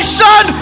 son